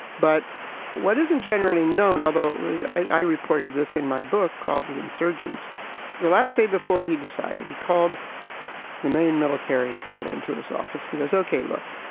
but what isn't generally known, although i reported this in my book called the insurgents the last day before he decided he called the main military people into his office. he goes, okay, look,